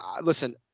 listen –